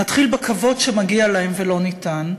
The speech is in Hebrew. נתחיל בכבוד שמגיע להם ולא ניתן.